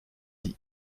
die